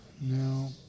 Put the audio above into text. No